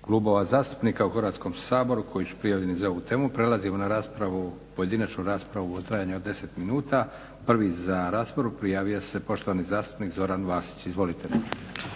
klubova zastupnika u Hrvatskom saboru koji su prijavljeni za ovu temu. Prelazimo na raspravu, pojedinačnu raspravu u trajanju od deset minuta. Prvi za raspravu prijavio se poštovani zastupnik Zoran Vasić. Izvolite.